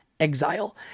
exile